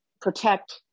protect